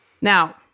Now